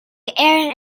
air